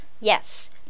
Yes